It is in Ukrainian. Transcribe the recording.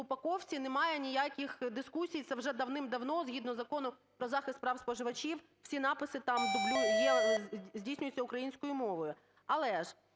упаковці немає ніяких дискусій, це вже давним-давно згідно Закону "Про захист прав споживачів" всі написи там здійснюються українською мовою. Але ж